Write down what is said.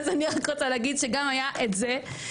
אז אני רק רוצה להגיד שגם היה את זה.